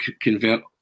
convert